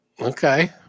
Okay